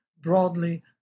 broadly